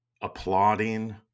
applauding